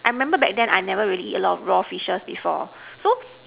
I remember back then I never really eat a lot of raw fishes before so